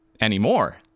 anymore